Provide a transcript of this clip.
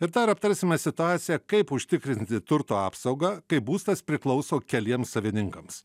ir dar aptarsime situaciją kaip užtikrinti turto apsaugą kai būstas priklauso keliem savininkams